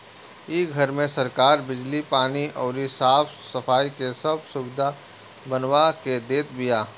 इ घर में सरकार बिजली, पानी अउरी साफ सफाई के सब सुबिधा बनवा के देत बिया